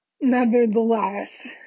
Nevertheless